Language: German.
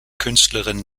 künstlerin